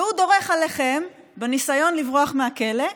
והוא דורך עליכם בניסיון לברוח מהכלא,